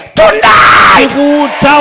tonight